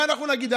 מה אנחנו נגיד,